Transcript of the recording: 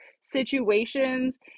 situations